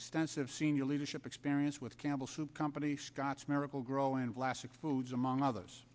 extensive senior leadership experience with campbell's soup company scotts miracle gro and classic foods among others